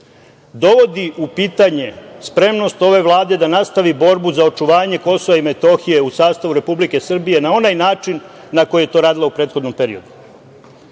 dovodi u pitanje spremnost ove Vlade da nastavi borbu za očuvanje Kosova i Metohije u sastav Republike Srbije na onaj način na koji je to radila u prethodnom periodu,